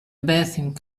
bathing